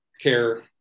care